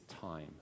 time